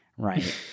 Right